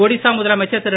ஒடிஷா முதலமைச்சர் திரு